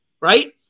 Right